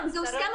הוסכם.